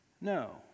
No